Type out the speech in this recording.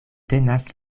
tenas